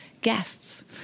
guests